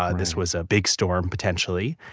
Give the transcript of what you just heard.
ah and this was a big storm, potentially.